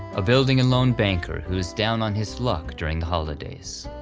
a building a lone banker who is down on his luck during the holidays.